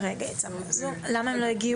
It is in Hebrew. אנחנו נעבור